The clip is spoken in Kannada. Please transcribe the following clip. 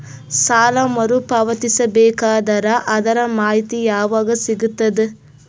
ಸಾಲ ಮರು ಪಾವತಿಸಬೇಕಾದರ ಅದರ್ ಮಾಹಿತಿ ಯವಾಗ ಸಿಗತದ?